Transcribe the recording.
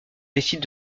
décide